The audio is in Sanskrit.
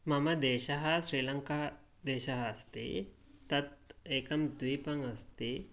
मम देशः श्री लङ्कादेशः अस्ति तत् एकं द्वीपं अस्ति